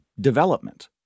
development